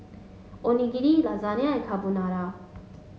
Onigiri Lasagna and Carbonara